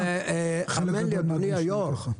אדוני היושב-ראש,